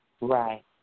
Right